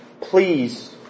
please